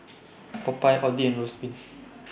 Popeyes Audi and